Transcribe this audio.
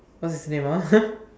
what's his name ah